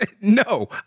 No